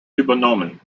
übernommen